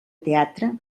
teatre